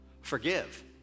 Forgive